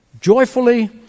joyfully